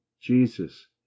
jesus